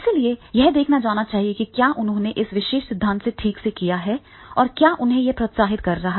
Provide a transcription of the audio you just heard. इसलिए यह देखा जाना चाहिए कि क्या उन्होंने इस विशेष सिद्धांत को ठीक से किया है और क्या यह उन्हें प्रोत्साहित कर रहा है